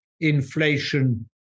Inflation